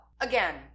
Again